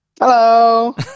Hello